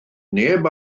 neb